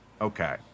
Okay